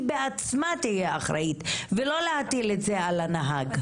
בעצמה תהיה אחראית ולא להטיל את זה רק על הנהג.